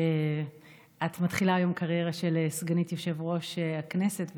שאת מתחילה היום קריירה של סגנית יושב-ראש הכנסת,